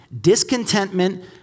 discontentment